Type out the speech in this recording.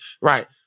right